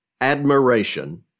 admiration